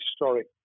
historic